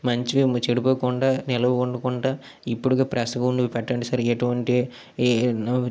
మంచిగా చెడిపోకుండా నిలువగఉండకుండా ఇప్పటికీ ఫ్రెష్గా ఉన్నవి పెట్టండి సార్ ఎటువంటి ఎన్నో